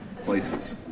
places